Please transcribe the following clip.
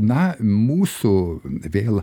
na mūsų vėl